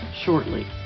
shortly